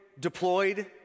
deployed